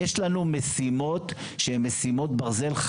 יש לנו משימות שהן משימות ברזל,